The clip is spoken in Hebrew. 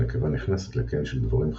הנקבה נכנסת לקן של דבורים חברתיות,